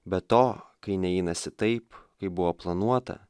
be to kai ne einasi taip kaip buvo planuota